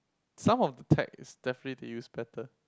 some of the tax definitely they use better